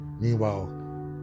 Meanwhile